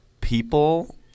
people